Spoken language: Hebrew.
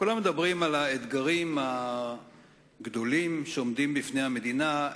כולם מדברים על האתגרים הגדולים שעומדים בפני המדינה,